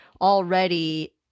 already